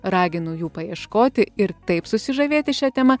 raginu jų paieškoti ir taip susižavėti šia tema